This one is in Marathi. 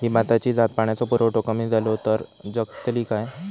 ही भाताची जात पाण्याचो पुरवठो कमी जलो तर जगतली काय?